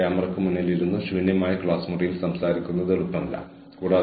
അതിനാൽ നിങ്ങൾക്ക് എന്തുകൊണ്ട് ഇത് വാങ്ങിക്കൂടാ എന്ന് പറയേണ്ട അവസ്ഥയിലായിരുന്നു